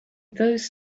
those